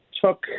took